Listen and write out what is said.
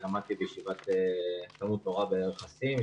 למדתי בתלמוד תורה ברכסים,